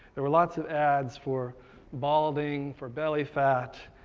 there were lots of ads for balding, for belly fat,